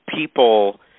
people